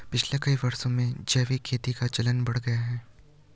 पिछले कई वर्षों में जैविक खेती का चलन बढ़ गया है